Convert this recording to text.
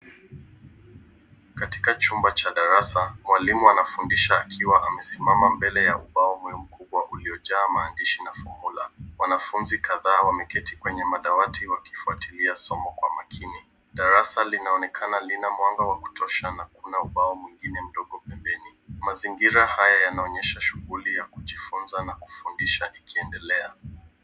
Katika chumba cha darasa, mwalimu anafundisha akiwa amesimama mbele ya ubao mkubwa uliojaa maandishi na fomula. Wanafunzi kadhaa wameketi kwenye madawati wakifuatilia somo kwa makini. Darasa linaonekana halina mwanga wa kutosha na kuna ubao mwengine mdogo pembeni. Mazingira haya yanaonyesha shughuli ya kujifunza na kufundisha ikiendelea.